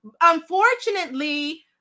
Unfortunately